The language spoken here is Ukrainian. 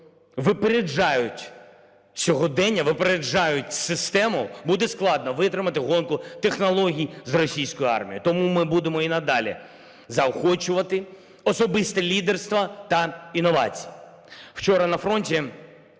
випереджають сьогодення, випереджають систему, буде складно витримати гонку технологій з російською армією. Тому ми будемо і надалі заохочувати особисте лідерство та інновації. Вчора на фронті